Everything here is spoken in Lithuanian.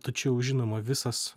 tačiau žinoma visas